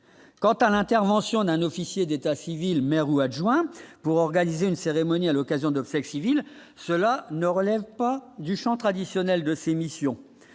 quant à l'intervention d'un officier d'état civil, maire ou adjoint pour organiser une cérémonie à l'occasion de Flex ville cela ne relève pas du chant traditionnel de ses missions,